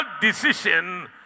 decision